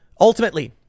Ultimately